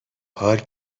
پارک